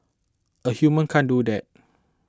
a human can't do that